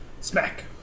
Smack